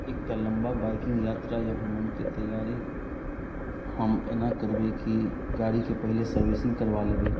एकटा लम्बा बाइकिङ्ग यात्रा या भ्रमणके तैआरी हम एना करबै कि गाड़ीके पहिले सर्विसिङ्ग करबा लेबै